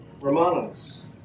Romanos